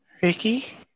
Ricky